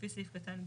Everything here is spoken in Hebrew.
לפי סעיף קטן (ג).